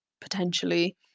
potentially